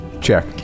Check